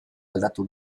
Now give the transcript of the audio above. aldatu